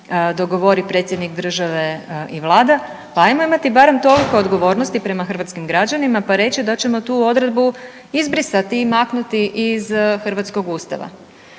dogovori predsjednik države i Vlada, pa ajmo imati barem toliko odgovornosti prema hrvatskim građanima pa reći da ćemo tu odredbu izbrisati i maknuti iz hrvatskog Ustava.